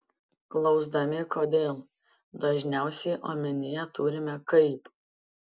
klausdami kodėl dažniausiai omenyje turime kaip